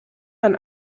man